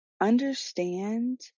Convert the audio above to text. understand